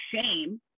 shame